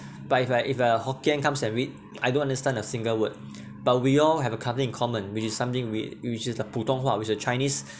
but if a if a hokkien comes and read I don't understand a single word but we all have a in common which is something we which is the 普通话 which the chinese